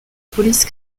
police